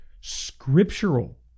scriptural